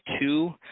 two